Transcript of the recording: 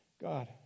God